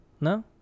No